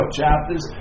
chapters